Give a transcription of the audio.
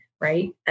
right